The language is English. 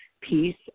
peace